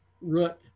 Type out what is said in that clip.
root